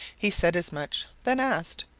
he said as much, then asked,